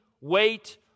wait